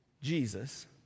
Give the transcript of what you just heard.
Jesus